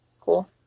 Cool